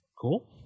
cool